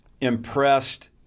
impressed